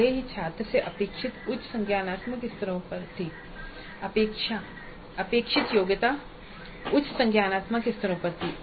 भले ही छात्र से अपेक्षित योग्यताएं उच्च संज्ञानात्मक स्तरों पर थीं